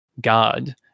god